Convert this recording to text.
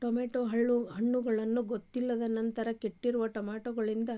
tomato ಹಣ್ಣುಗಳನ್ನ ಗೊತ್ತಿಲ್ಲ ನಂತರ ಕೆಟ್ಟಿರುವ ಟಮಾಟೊದಿಂದ